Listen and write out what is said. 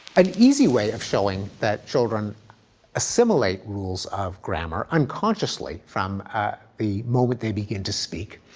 an easy way of showing that children assimilate rules of grammar unconsciously from the moment they begin to speak,